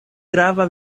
grava